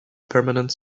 permanent